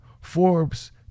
Forbes